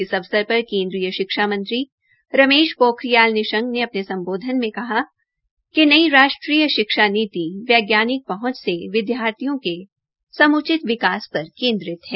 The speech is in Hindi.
इस अवसर पर केन्द्रीय शिक्षा मंत्री रमेश पोखरियाल निशंक ने अपने सम्बोधन के कहा कि नई राष्ट्रीय शिक्षा नीति वैज्ञानिक पहंच से विद्यार्थियों के समूचित विकास पर केन्द्रित है